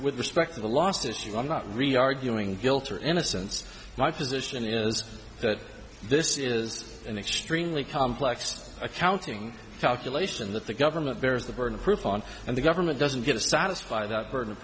with respect to the last issue i'm not really arguing guilt or innocence my position is that this is an extremely complex accounting calculation that the government varies the burden of proof on and the government doesn't get to satisfy that burden of